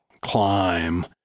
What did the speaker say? climb